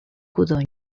codony